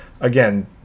again